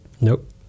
Nope